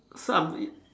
so I'm it